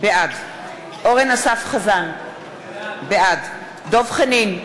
בעד אורן אסף חזן, בעד דב חנין,